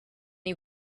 you